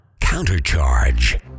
Countercharge